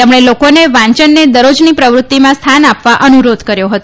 તેમણે લોકોને વાયનને દરરોજની પ્રવૃત્તિમાં સ્થાન આપવા અનુરોધ કર્યો હતો